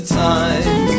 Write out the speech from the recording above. time